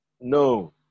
No